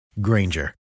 Granger